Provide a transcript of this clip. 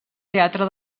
teatre